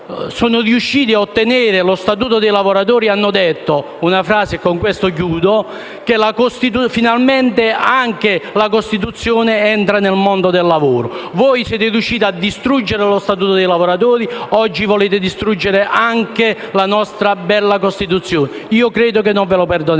sono riusciti a ottenere lo Statuto dei lavoratori, hanno affermato che finalmente anche la Costituzione entrava nel mondo del lavoro. Voi siete riusciti a distruggere lo Statuto dei lavoratori. Oggi volete distruggere anche la nostra bella Costituzione. Credo che non ve lo perdoneranno.